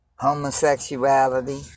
homosexuality